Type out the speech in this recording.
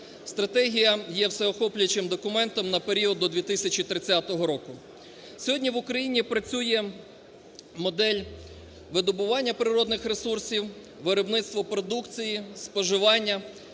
Стратегія є всеохоплюючим документом на період до 2030 року. Сьогодні в Україні працює модель видобування природних ресурсів, виробництва продукції, споживання,